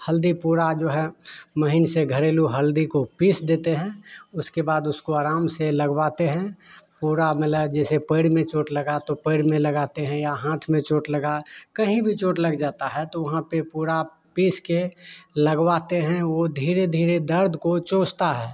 हल्दी पूरा जो है महीन से घरेलू हल्दी को पीस देते हैं उसके बाद उसको आराम से लगवाते हैं पूरा मलब जैसे पैड़ में चोट लगा तो पेड़ में लगाते हैं या हाथ में चोट लगा कहीं भी चोट लग जाता है तो वहाँ पे पूरा पीस कर लगवाते हैं वो धीरे धीरे दर्द को चोसता है